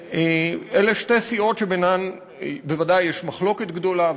אלה שתי סיעות שבוודאי יש ביניהן מחלוקת גדולה,